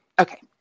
Okay